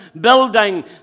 building